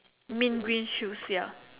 mint green shoes ya